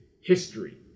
history